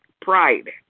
Pride